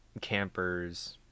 camper's